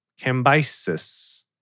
Cambyses